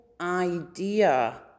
idea